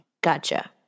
Gotcha